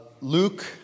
Luke